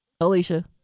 Alicia